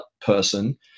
person